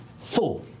Four